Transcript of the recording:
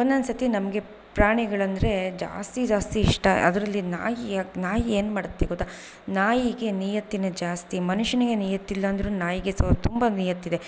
ಒಂದೊಂದು ಸರ್ತಿ ನಮಗೆ ಪ್ರಾಣಿಗಳೆಂದರೆ ಜಾಸ್ತಿ ಜಾಸ್ತಿ ಇಷ್ಟ ಅದರಲ್ಲಿ ನಾಯಿ ಯಾಕೆ ನಾಯಿ ಏನು ಮಾಡುತ್ತೆ ಗೊತ್ತಾ ನಾಯಿಗೆ ನೀಯತ್ತಿನ ಜಾಸ್ತಿ ಮನುಷ್ಯನಿಗೆ ನೀಯತ್ತಿಲ್ಲ ಅಂದರು ನಾಯಿಗೆ ಸ್ವ ತುಂಬ ನೀಯತ್ತಿದೆ